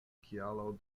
kialo